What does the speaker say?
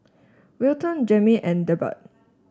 Wilton Jayme and Delbert